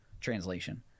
Translation